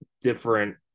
different